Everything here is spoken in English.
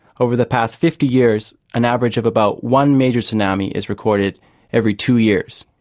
over the past fifty years an average of about one major tsunami is recorded every two years.